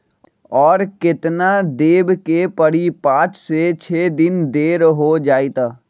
और केतना देब के परी पाँच से छे दिन देर हो जाई त?